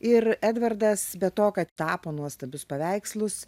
ir edvardas be to kad tapo nuostabius paveikslus